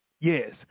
Yes